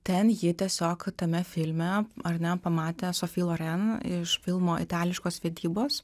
ten ji tiesiog tame filme ar ne pamatė sofi loren iš filmo itališkos vedybos